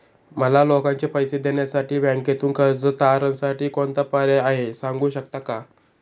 मला लोकांचे पैसे देण्यासाठी बँकेतून कर्ज तारणसाठी कोणता पर्याय आहे? सांगू शकता का?